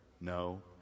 No